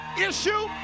issue